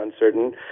uncertain